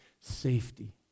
safety